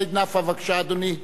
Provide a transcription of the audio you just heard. סעיד נפאע, בבקשה, אדוני.